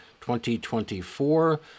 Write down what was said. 2024